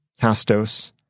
Castos